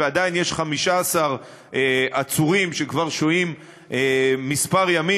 ועדיין יש 15 עצורים שכבר שוהים מספר ימים